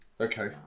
Okay